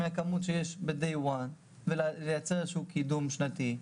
מהכמות שיש ב-Day 1 ולייצר איזשהו קידום שנתי.